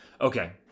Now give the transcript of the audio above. Okay